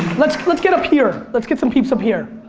let's let's get up here. let's get some peeps up here.